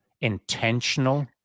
intentional